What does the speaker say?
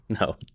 No